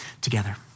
together